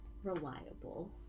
Reliable